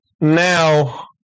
now